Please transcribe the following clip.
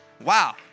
Wow